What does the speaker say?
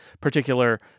particular